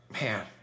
man